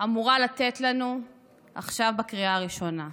אמורה לתת לנו עכשיו בקריאה הראשונה.